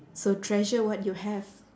so treasure what you have